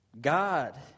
God